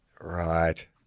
Right